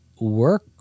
work